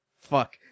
Fuck